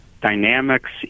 Dynamics